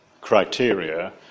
criteria